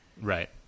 Right